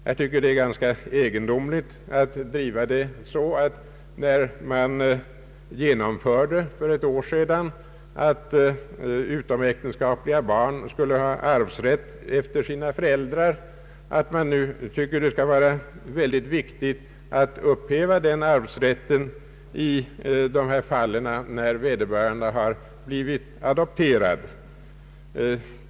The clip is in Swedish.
Jag tycker att det är ganska egendomligt att driva denna tes så att man, på grund av att man för ett år sedan genomförde att utomäktenskapliga barn skulle ha arvsrätt efter sin fader, nu anser det viktigt att upphäva den arvsrätten i de fall då vederbörande har blivit adopterade.